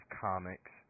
comics